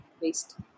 waste